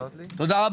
תודה.